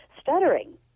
stuttering